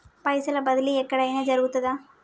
పైసల బదిలీ ఎక్కడయిన జరుగుతదా?